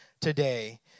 today